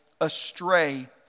astray